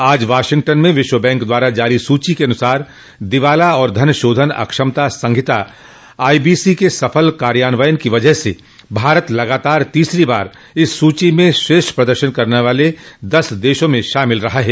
आज वाशिंगटन में विश्व बैंक द्वारा जारी सूची के अनुसार दिवाला और धन शोधन अक्षमता संहिता आईबीसी के सफल कायान्वयन की वजह से भारत लगातार तीसरी बार इस सूची में श्रेष्ठ प्रदर्शन करने वाले दस देशों में शामिल रहा है